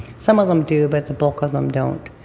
some of them do but the bulk of them don't.